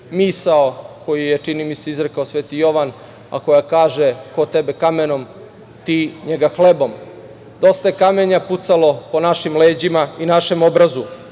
misao koju je, čini mi se, izrekao sv. Jovan, a koja kaže: ko tebe kamenom, ti njega hlebom. Dosta je kamenja pucalo po našim leđima i našem obrazu.